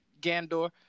Gandor